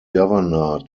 governor